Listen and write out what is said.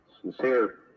sincere